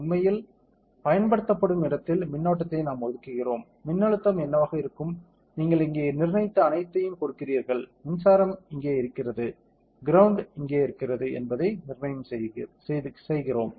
உண்மையில் பயன்படுத்தப்படும் இடத்தில் மின்னோட்டத்தை நாம் ஒதுக்குகிறோம் மின்னழுத்தம் என்னவாக இருக்கும் நீங்கள் இங்கே நிர்ணயித்த அனைத்தையும் கொடுக்கிறீர்கள் மின்சாரம் எங்கே இருக்கிறது கிரௌண்ட் எங்கே இருக்கிறது என்பதை நிர்ணயம் செய்கிறோம்